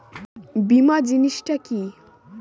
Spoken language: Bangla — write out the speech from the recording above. বীমা জিনিস টা কি?